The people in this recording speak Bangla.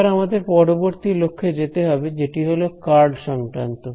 এবার আমাদের পরবর্তী লক্ষ্যে যেতে হবে যেটি হল কার্ল সংক্রান্ত